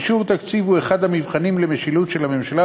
אישור תקציב הוא אחד המבחנים למשילות של הממשלה,